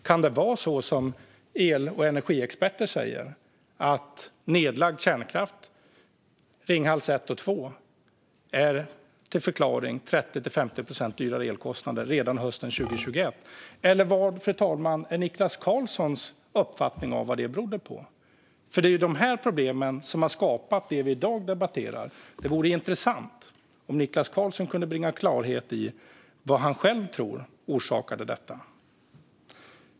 Kan det vara så, som el och energiexperter säger, att nedlagd kärnkraft - Ringhals 1 och 2 - är förklaringen till de 30 till 50 procent dyrare elkostnaderna redan hösten 2021? Eller vad är Niklas Karlssons uppfattning om vad detta berodde på? Det är dessa problem som har skapat det vi i dag debatterar. Det vore intressant om Niklas Karlsson kunde bringa klarhet i vad han själv tror orsakade detta.